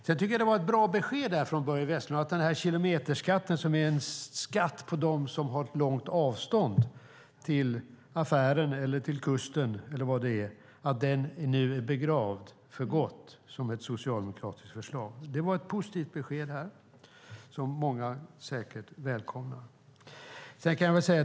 Jag tycker att det var ett bra besked från Börje Vestlund om att kilometerskatten, som ju är en skatt för dem som har långt avstånd till affären, till kusten eller vad det nu kan vara, som socialdemokratiskt förslag nu är begraven för gott. Det var ett positivt besked som många säkert välkomnar.